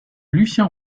lucien